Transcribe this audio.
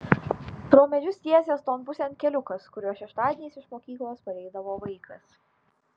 pro medžius tiesės ton pusėn keliukas kuriuo šeštadieniais iš mokyklos pareidavo vaikas